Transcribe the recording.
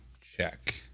check